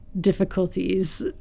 difficulties